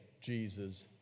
Jesus